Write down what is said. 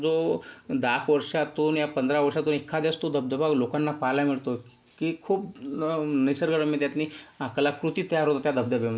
तो दहाएक वर्षांतून या पंधरा वर्षांतून एखाद्या वेळेस तो धबधबा लोकांना पहायला मिळतो की खूप निसर्गरम्य त्यातली कलाकृती तयार होते त्या धबधब्यामध्ये